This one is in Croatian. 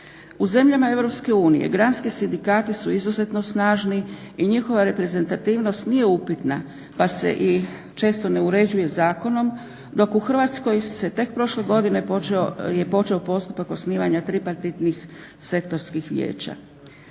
U zemljama EU granski sindikati su izuzetno snažni i njihova reprezentativnost nije upitna pa se i često ne uređuje zakonom, dok u Hrvatskoj je tek prošle godine počeo postupak osnivanja tripartitnih sektorskih vijeća.